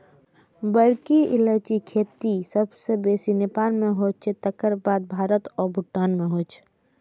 बड़की इलायचीक खेती सबसं बेसी नेपाल मे होइ छै, तकर बाद भारत आ भूटान मे होइ छै